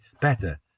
better